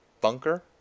bunker